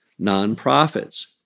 nonprofits